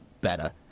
better